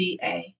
BA